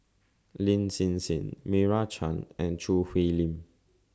Lin Hsin Hsin Meira Chand and Choo Hwee Lim